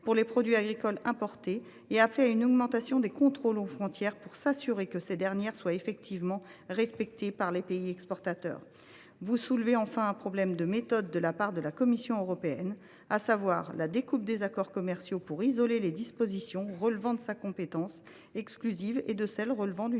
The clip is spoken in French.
pour les produits agricoles importés. Vous demandez également une augmentation des contrôles aux frontières afin de pouvoir vérifier que ces mesures sont effectivement respectées par les pays exportateurs. Vous soulevez enfin un problème de méthode de la part de la Commission européenne, à savoir la découpe des accords commerciaux afin de séparer les dispositions relevant de sa compétence exclusive de celles qui relèvent d’une